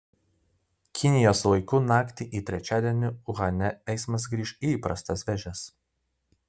kinijos laiku naktį į trečiadienį uhane eismas grįš į įprastas vėžes